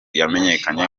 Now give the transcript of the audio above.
yamenyekanye